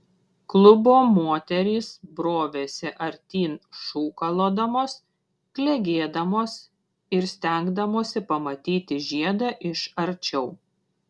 klubo moterys brovėsi artyn šūkalodamos klegėdamos ir stengdamosi pamatyti žiedą iš arčiau